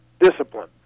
discipline